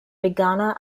veganer